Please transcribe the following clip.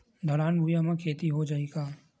ढलान भुइयां म खेती हो जाही का?